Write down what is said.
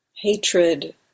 Hatred